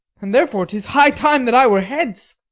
and therefore tis high time that i were hence.